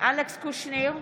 אלכס קושניר,